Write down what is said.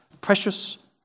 precious